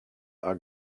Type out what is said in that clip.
are